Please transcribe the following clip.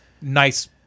nice